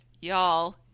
y'all